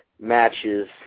matches